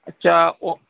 اچھا اور